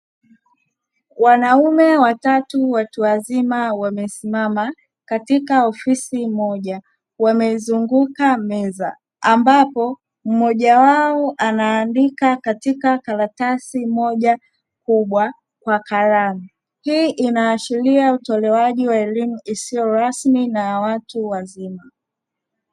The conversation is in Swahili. Wanaume watatu watu wazima wamesimama katika ofisi moja wameizunguka meza, ambapo mmoja wao anaandika katika karatasi moja kubwa kwa kalamu. Hii inaashiria utolewaji wa elimu isiyo rasmi na ya watu wazima.